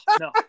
no